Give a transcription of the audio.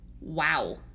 Wow